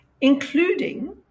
including